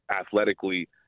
athletically